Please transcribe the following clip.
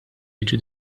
jiġu